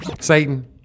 Satan